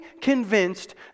convinced